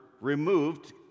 removed